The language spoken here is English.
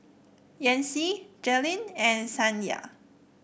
Yancy Jaylyn and Saniya